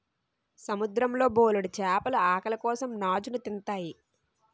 సముద్రం లో బోలెడు చేపలు ఆకలి కోసం నాచుని తింతాయి